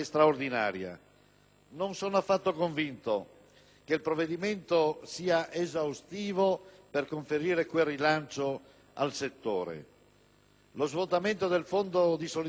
Non sono affatto convinto che il provvedimento oggi all'esame sia esaustivo per conferire quel rilancio al settore. Lo svuotamento del fondo di solidarietà nazionale